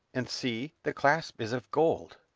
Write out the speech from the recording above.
and see, the clasp is of gold!